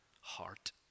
heart